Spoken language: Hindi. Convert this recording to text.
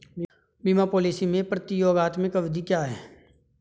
बीमा पॉलिसी में प्रतियोगात्मक अवधि क्या है?